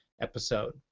episode